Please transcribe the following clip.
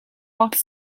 walked